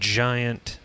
giant